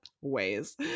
ways